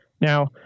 Now